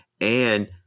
and-